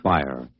Fire